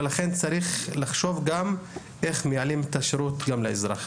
ולכן צריך גם לחשוב איך מייעלים את השירות לאזרח.